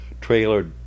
trailer